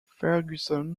ferguson